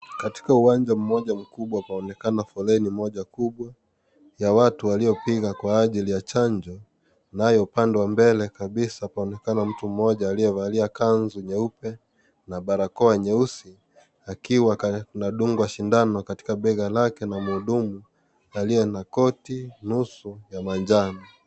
Katika uwanja moja mkubwa kunaonekana foleni moja kubwa ya watu waliofika kwa ajili ya chanjo inayopeanwa mbele kabisa, paonekana mtu moja aliyevalia kanzu nyeupe na barakoa nyeusi akiiwa anadungwa sindano katika bega lake na mhudumu aliye na koti nusu ya manjano.